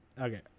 Okay